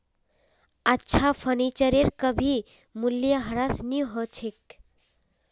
अच्छा फर्नीचरेर कभी मूल्यह्रास नी हो छेक